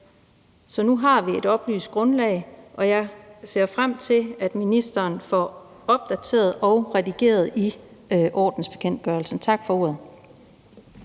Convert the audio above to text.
Så nu har vi et oplyst grundlag, og jeg ser frem til, at ministeren får opdateret og redigeret i ordensbekendtgørelsen. Tak for ordet.